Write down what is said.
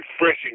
refreshing